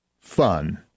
fun